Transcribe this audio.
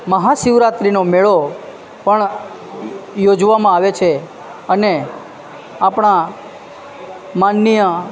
મહા શિવરાત્રિનો મેળો પણ યોજવામાં આવે છે અને આપણા માનનીય